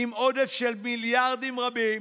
עם עודף של מיליארדים רבים,